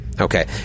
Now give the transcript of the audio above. Okay